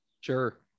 Sure